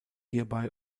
hierbei